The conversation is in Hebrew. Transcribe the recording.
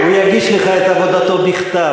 הוא יגיש לך את עבודתו בכתב,